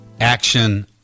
Action